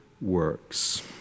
works